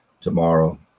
Tomorrow